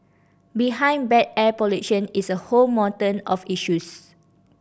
behind bad air pollution is a whole mountain of issues